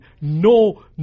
no